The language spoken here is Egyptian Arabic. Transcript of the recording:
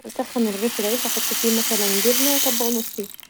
اسخن رغيف العيش احط فيه مثلا جبنه و أطبقه نصين.